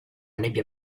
nebbia